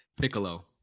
Piccolo